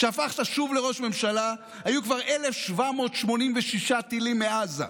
שהפכת שוב לראש ממשלה, היו כבר 1,786 טילים מעזה,